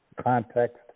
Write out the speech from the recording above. context